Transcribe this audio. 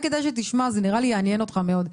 אולי כדאי שתשמע, נראה לי שזה יעניין אותך מאוד.